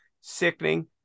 sickening